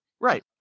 Right